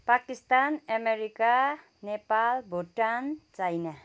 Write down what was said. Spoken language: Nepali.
Pakistan America Nepal Bhutan China